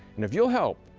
and if you will help,